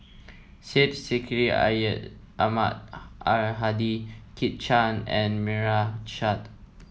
Syed Sheikh Syed Ahmad Al Hadi Kit Chan and Meira Chand